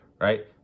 right